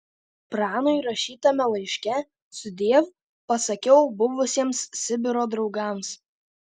pranui rašytame laiške sudiev pasakiau buvusiems sibiro draugams